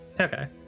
Okay